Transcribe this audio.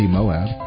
Moab